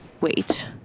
wait